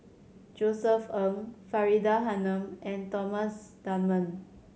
Josef Ng Faridah Hanum and Thomas Dunman